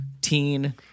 teen